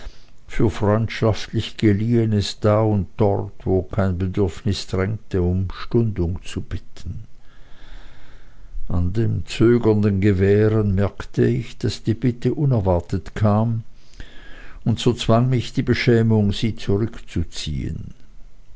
für freundschaftlich geliehenes da oder dort wo kein bedürfnis drängte um stundung zu bitten an dem zögernden gewähren merkte ich daß die bitte unerwartet kam und so zwang mich die beschämung sie zurückzuziehen